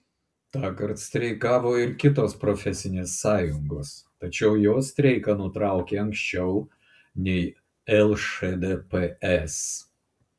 tąkart streikavo ir kitos profesinės sąjungos tačiau jos streiką nutraukė anksčiau nei lšdps